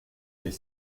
est